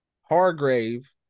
Hargrave